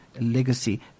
legacy